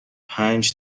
پنج